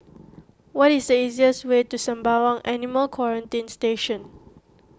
what is the easiest way to Sembawang Animal Quarantine Station